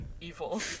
Evil